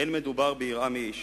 אין מדובר ביראה מאיש